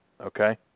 Okay